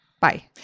Bye